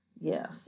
Yes